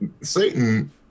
satan